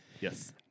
Yes